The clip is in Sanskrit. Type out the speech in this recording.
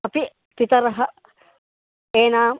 अपि पितरः एनां